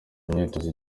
imyitozo